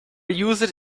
users